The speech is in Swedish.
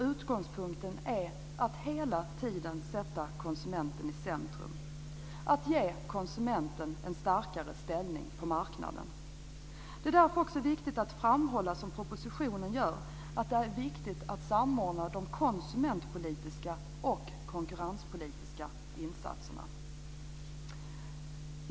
Utgångspunkten är att hela tiden sätta konsumenten i centrum - att ge konsumenten en starkare ställning på marknaden. Det är därför betydelsefullt att framhålla, som görs i propositionen, vikten av att samordna de konsumentpolitiska och konkurrenspolitiska insatserna.